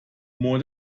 more